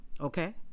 Okay